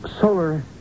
Solar